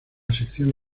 sección